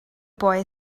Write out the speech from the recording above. boy